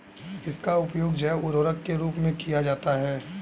किसका उपयोग जैव उर्वरक के रूप में किया जाता है?